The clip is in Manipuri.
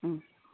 ꯎꯝ